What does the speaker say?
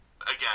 again